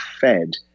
fed